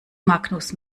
magnus